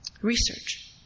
research